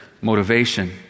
motivation